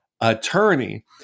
Attorney